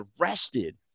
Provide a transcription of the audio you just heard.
arrested